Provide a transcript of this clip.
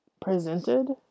presented